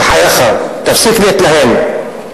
בחייך, תפסיק להתלהם.